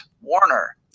Warner